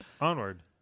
Onward